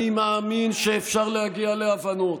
אני מאמין שאפשר להגיע להבנות.